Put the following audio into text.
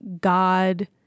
God